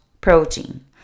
protein